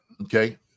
Okay